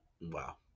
Wow